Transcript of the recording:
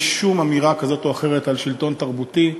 שום אמירה כזאת או אחרת על שלטון תרבותי.